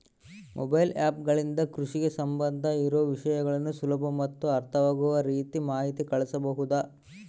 Mobile app ಗಳಿಂದ ಕೃಷಿಗೆ ಸಂಬಂಧ ಇರೊ ವಿಷಯಗಳನ್ನು ಸುಲಭ ಮತ್ತು ಅರ್ಥವಾಗುವ ರೇತಿ ಮಾಹಿತಿ ಕಳಿಸಬಹುದಾ?